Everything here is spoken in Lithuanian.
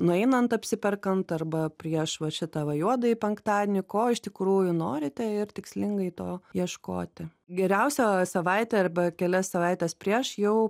nueinant apsiperkant arba prieš va šitą va juodąjį penktadienį ko iš tikrųjų norite ir tikslingai to ieškoti geriausia savaitę arba kelias savaites prieš jau